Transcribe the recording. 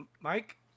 Mike